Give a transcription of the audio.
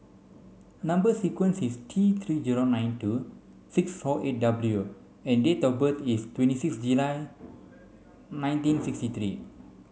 number sequence is T three zero nine two six four eight W and date of birth is twenty six July nineteen sixty three